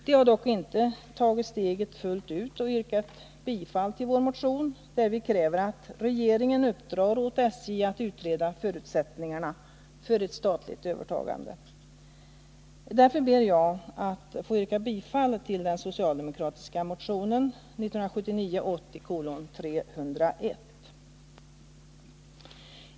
De har dock inte tagit steget fullt ut och yrkat bifall till vår motion, där vi kräver att regeringen uppdrar åt SJ att utreda förutsättningarna för ett statligt övertagande. Därför ber jag att få yrka bifall till den socialdemokratiska motionen 1979/80:301.